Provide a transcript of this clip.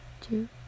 two